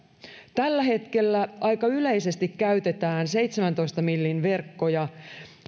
tällä hetkellä aika yleisesti käytetään seitsemäntoista millin verkkoja